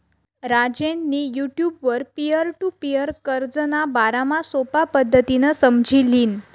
राजेंनी युटुबवर peer to peer कर्जना बारामा सोपा पद्धतीनं समझी ल्हिनं